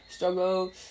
struggle